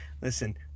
Listen